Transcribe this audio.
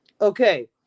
Okay